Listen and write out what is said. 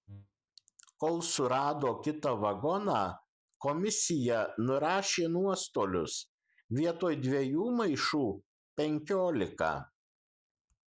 kol surado kitą vagoną komisija nurašė nuostolius vietoj dviejų maišų penkiolika